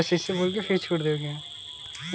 रउआ सभ बताई भिंडी क खेती कईसे होखेला?